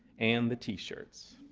and the t-shirts.